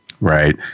Right